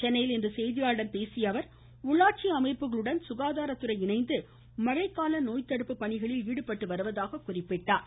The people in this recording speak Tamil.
சென்னையில் இன்று செய்தியாளர்களிடம் பேசியஅவர் உள்ளாட்சி அமைப்புகளுடன் சுகாதாரத்துறை இணைந்து மழைக்கால நோய்த்தடுப்பு பணிகளில் ஈடுபட்டுவருவதாக எடுத்துரைத்தார்